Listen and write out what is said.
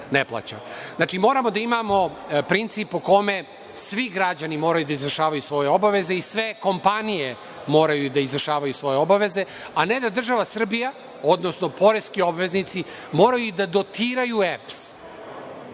moramo da imamo princip po kome svi građani moraju da izvršavaju svoje obaveze i sve kompanije moraju da izvršavaju svoje obaveze, a ne da država Srbija, odnosno poreski obveznici moraju i da dotiraju EPS